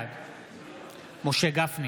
בעד משה גפני,